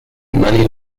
money